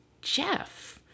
Jeff